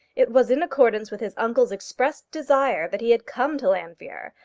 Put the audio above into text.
it was in accordance with his uncle's expressed desire that he had come to llanfeare,